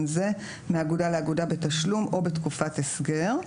זה מאגודה לאגודה בתשלום או בתקופת הסגר.